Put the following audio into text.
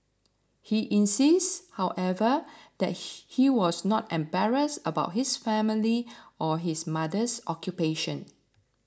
he insists however that he was not embarrassed about his family or his mother's occupation